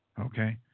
okay